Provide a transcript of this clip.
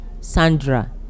Sandra